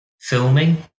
filming